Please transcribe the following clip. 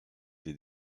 les